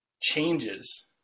changes